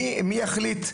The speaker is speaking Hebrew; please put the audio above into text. מי יחליט?